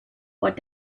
what